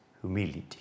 humility